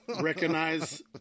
recognize